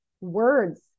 words